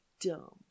dumb